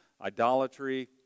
idolatry